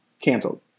Canceled